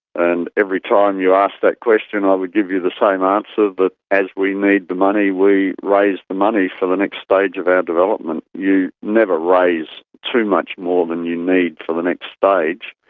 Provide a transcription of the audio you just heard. and every time you asked that question i would give you the same answer, that but as we need the money we raise the money for the next stage of our development. you never raise too much more than you need for the next stage,